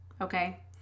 okay